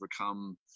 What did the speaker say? overcome